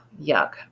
yuck